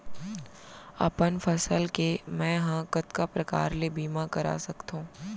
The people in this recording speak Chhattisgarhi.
अपन फसल के मै ह कतका प्रकार ले बीमा करा सकथो?